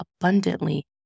abundantly